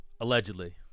allegedly